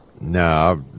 No